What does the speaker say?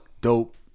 dope